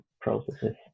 processes